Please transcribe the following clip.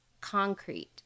concrete